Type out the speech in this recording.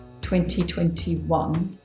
2021